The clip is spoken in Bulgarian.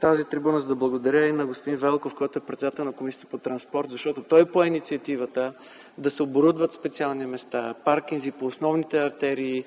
тази трибуна, за да благодаря на господин Вълков – председател на Комисията по транспорта, защото той пое инициативата да се оборудват специални места и паркинги по основните артерии,